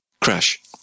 Crash